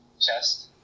chest